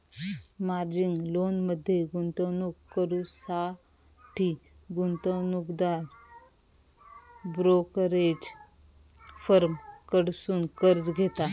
margin लोनमध्ये गुंतवणूक करुसाठी गुंतवणूकदार ब्रोकरेज फर्म कडसुन कर्ज घेता